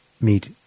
meet